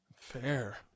Fair